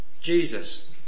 Jesus